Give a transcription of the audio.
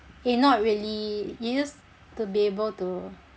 eh not really you used to be able to